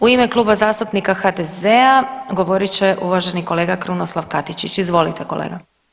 U ime Kluba zastupnika HDZ-a govorit će uvaženi kolega Krunoslav Katičić, izvolite kolega.